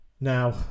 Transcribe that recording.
now